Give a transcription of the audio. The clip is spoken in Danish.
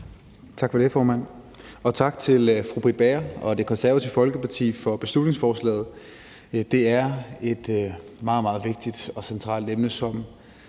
Tak for det, formand, og tak til fru Britt Bager og Det Konservative Folkeparti for beslutningsforslaget. Det er et meget, meget vigtigt og centralt emne, der